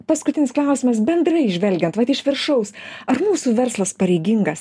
paskutinis klausimas bendrai žvelgiat iš viršaus ar mūsų verslas pareigingas